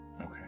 Okay